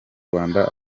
rwanda